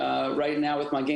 קולומביה,